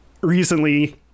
recently